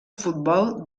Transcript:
futbol